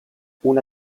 una